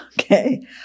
Okay